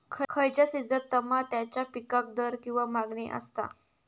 खयच्या सिजनात तमात्याच्या पीकाक दर किंवा मागणी आसता?